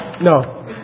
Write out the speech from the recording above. No